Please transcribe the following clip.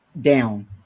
down